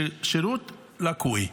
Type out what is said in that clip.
שירות לקוי.